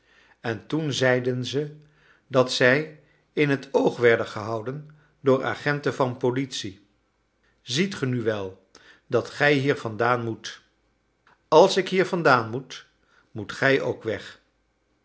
en toen zeiden ze dat zij in t oog werden gehouden door agenten van politie ziet ge nu wel dat gij hier vandaan moet als ik hier vandaan moet moet gij ook weg